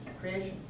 creation